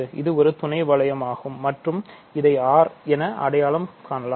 இது ஒரு துணை வளையமாகும் மற்றும் இதை R என அடையாளம் காணலாம்